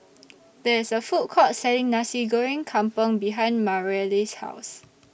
There IS A Food Court Selling Nasi Goreng Kampung behind Mareli's House